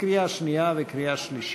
לקריאה שנייה ולקריאה שלישית.